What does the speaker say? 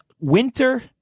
Winter